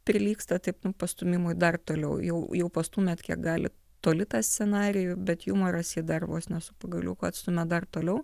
prilygsta taip pastūmimui dar toliau jau jau pastūmėt kiek galit toli tą scenarijų bet jumoras jį dar vos ne su pagaliuku atstumia dar toliau